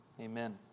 Amen